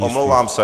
Omlouvám se.